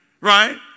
right